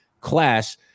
class